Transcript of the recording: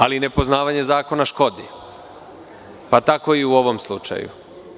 Ali, nepoznavanje zakona škodi, pa tako i u ovom slučaju.